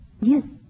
Yes